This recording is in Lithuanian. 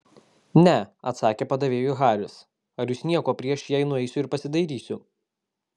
ne atsakė padavėjui haris ar jūs nieko prieš jei nueisiu ir pasidairysiu